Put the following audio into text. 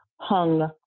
hung